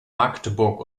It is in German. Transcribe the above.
magdeburg